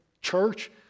church